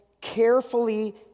carefully